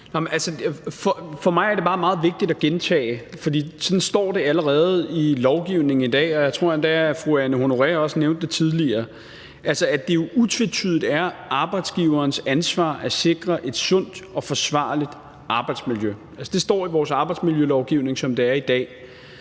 For mig er det bare meget vigtigt at gentage, for sådan står det allerede i lovgivningen i dag – og jeg tror endda, at fru Anne Honoré Østergaard også nævnte det tidligere – at det utvetydigt er arbejdsgiverens ansvar at sikre et sundt og forsvarligt arbejdsmiljø. Det står i vores arbejdsmiljølovgivning, som det er i dag.